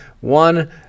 one